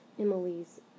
Emily's